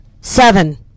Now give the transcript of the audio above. Seven